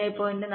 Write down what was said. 3